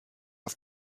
auf